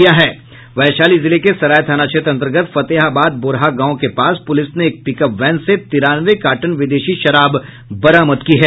वैशाली जिले के सराय थाना क्षेत्र अन्तर्गत फतेहाबाद बोरहा गांव के पास पुलिस ने एक पिकअप वैन से तिरानवे कार्टन विदेशी शराब बरामद की है